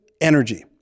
energy